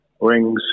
rings